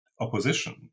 opposition